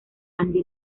andy